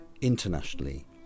internationally